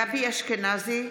גבי אשכנזי,